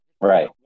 right